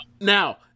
now